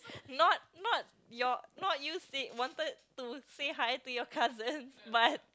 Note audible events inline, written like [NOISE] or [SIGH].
not not your not you say wanted to say hi to your cousin but [LAUGHS]